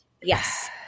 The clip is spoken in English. yes